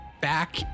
back